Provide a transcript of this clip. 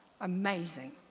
Amazing